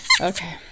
Okay